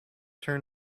turn